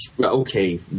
okay